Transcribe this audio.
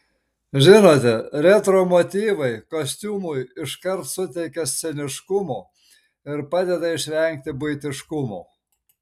žinote retro motyvai kostiumui iškart suteikia sceniškumo ir padeda išvengti buitiškumo